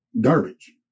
Garbage